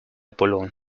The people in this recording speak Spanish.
boulogne